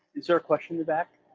is there a question in the back,